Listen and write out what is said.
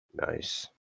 Nice